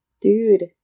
Dude